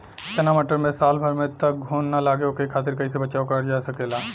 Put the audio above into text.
चना मटर मे साल भर तक घून ना लगे ओकरे खातीर कइसे बचाव करल जा सकेला?